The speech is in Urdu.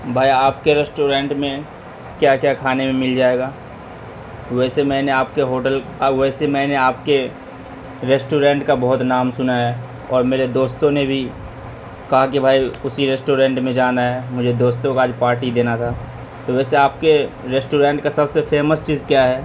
بھائی آپ کے ریسٹورنٹ میں کیا کیا کھانے میں مل جائے گا ویسے میں نے آپ کے ہوٹل کا ویسے میں نے آپ کے ریسٹورنٹ کا بہت نام سنا ہے اور میرے دوستوں نے بھی کہا کہ بھائی اسی ریسٹورنٹ میں جانا ہے مجھے دوستوں کا آج پارٹی دینا تھا تو ویسے آپ کے ریسٹورنٹ کا سب سے فیمس چیز کیا ہے